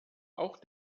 auch